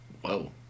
Whoa